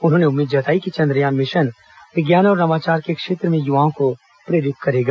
उन्होंने उम्मीद जताई कि चंद्रयान मिशन विज्ञान और नवाचार के क्षेत्र में युवाओं को प्रेरित करेगा